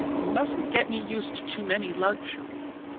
you mustn't get me used to too many luxuries.